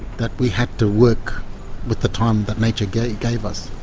that we had to work with the time that nature gave gave us.